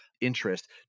interest